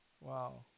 wow